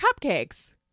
cupcakes